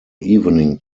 evening